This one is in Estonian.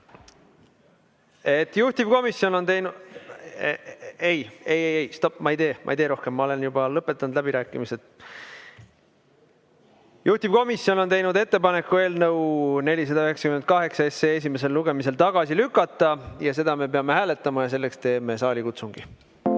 öeldakse midagi.) Ei-ei-ei! Stopp! Ma ei tee rohkem. Ma olen juba lõpetanud läbirääkimised. Juhtivkomisjon on teinud ettepaneku eelnõu 498 esimesel lugemisel tagasi lükata ja seda me peame hääletama ja selleks teeme saalikutsungi.